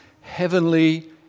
heavenly